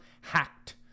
hacked